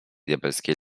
diabelskiej